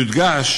יודגש